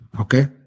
okay